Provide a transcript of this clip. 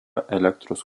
elektros